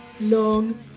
long